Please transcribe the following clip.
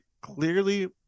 clearly